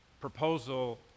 proposal